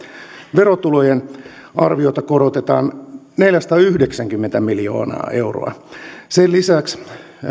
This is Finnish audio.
verotulojen arviota korotetaan neljäsataayhdeksänkymmentä miljoonaa euroa sen lisäksi